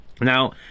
Now